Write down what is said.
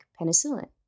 penicillin